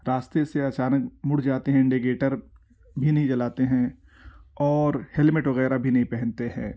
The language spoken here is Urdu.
راستے سے اچانک مڑ جاتے ہیں انڈیگیٹر بھی نہیں جلاتے ہیں اور ہیلمٹ وغیرہ بھی نہیں پہنتے ہیں